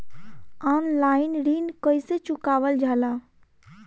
Online ऋण कईसे चुकावल जाला?